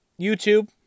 YouTube